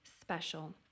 special